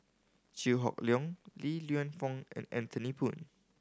Chew Hock Leong Li Lienfung and Anthony Poon